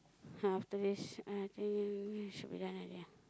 then after this I think should be done already lah